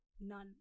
none